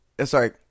sorry